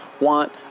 want